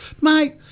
mate